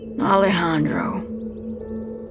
Alejandro